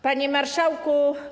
Panie Marszałku!